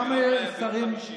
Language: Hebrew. ביום חמישי.